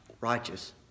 righteous